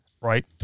right